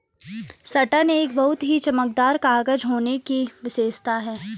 satin एक बहुत ही चमकदार कागज होने की विशेषता है